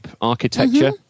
architecture